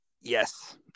Yes